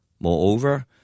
Moreover